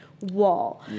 wall